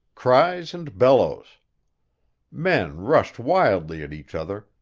cries and bellows men rushed wildly at each other,